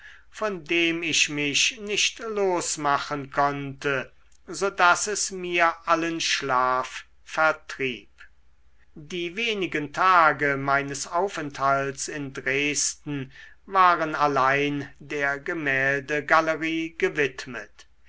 von dem ich mich nicht losmachen konnte so daß es mir allen schlaf vertrieb die wenigen tage meines aufenthalts in dresden waren allein der gemäldegalerie gewidmet